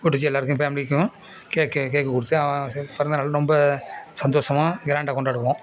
கூப்பிட்டு வெச்சு எல்லாருக்கும் ஃபேமிலிக்கும் கேக்க கேக்கு கொடுத்து அவன் இது பிறந்த நாள் ரொம்ப சந்தோசமாக க்ராண்டா கொண்டாடுவோம்